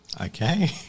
Okay